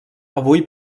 avui